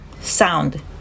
sound